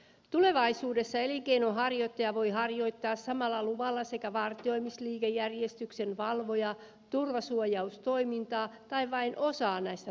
tulevaisuudessa elinkeinonharjoittaja voi harjoittaa samalla luvalla sekä vartioimisliike järjestyksenvalvoja että turvasuojaustoimintaa tai vain osaa näistä toiminnoista